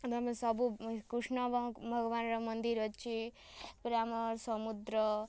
ଆମେ ସବୁ ଏଇ କୃଷ୍ଣ ଭଗବାନ୍ର ମନ୍ଦିର୍ ଅଛି ତାପରେ ଆମର୍ ସମୁଦ୍ର